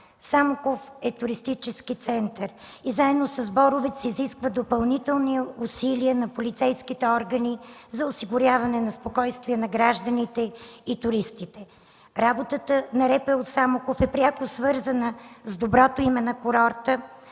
Самоков е туристически център и заедно с Боровец изискват допълнителни усилия на полицейските органи за осигуряване на спокойствие на гражданите и туристите. Работата на РПУ – Самоков, е пряко свързана с доброто име на курорта,